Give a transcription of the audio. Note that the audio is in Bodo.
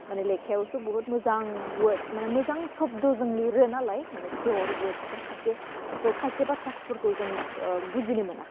माने लेखायावसो बुहुथ मोजां वर्डस माने मोजां सब्दजों लिरो नालाय माने फिअर वर्डस जों खायसे स खायसे बाथ्राफोरखौ जों ओह बुजिनो मोना